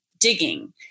digging